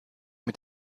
mit